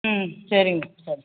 ம் சரிங்க சரி